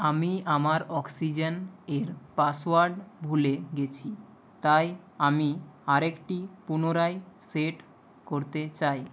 আমি আমার অক্সিজেন এর পাসওয়ার্ড ভুলে গেছি তাই আমি আরেকটি পুনরায় সেট করতে চাই